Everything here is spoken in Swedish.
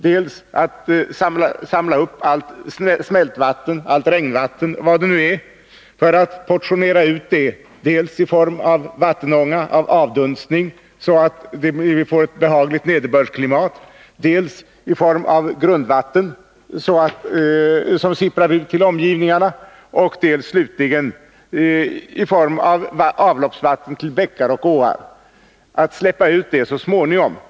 De samlar upp allt smältvatten, regnvatten o. d. för att portionera ut det dels i form av vattenånga, avdunstning, så att vi får ett behagligt nederbördsklimat, dels i form av grundvatten som sipprar ut till omgivningen, dels slutligen i form av avloppsvatten till bäckar och åar — dit det släpps ut så småningom.